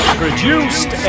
produced